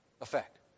effect